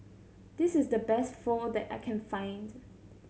this is the best Pho that I can find